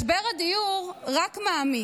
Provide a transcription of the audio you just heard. משבר הדיור רק מעמיק.